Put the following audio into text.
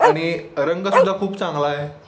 आणि रंग सुद्धा खूप चांगला आहे